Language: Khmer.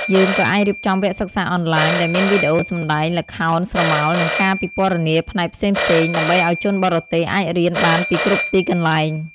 យើងក៏អាចរៀបចំវគ្គសិក្សាអនឡាញ ដែលមានវីដេអូសម្តែងល្ខោនស្រមោល និងការពិពណ៌នាផ្នែកផ្សេងៗ ដើម្បីឲ្យជនបរទេសអាចរៀនបានពីគ្រប់ទីកន្លែង។